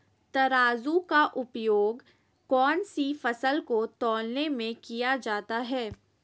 तराजू का उपयोग कौन सी फसल को तौलने में किया जाता है?